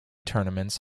tournaments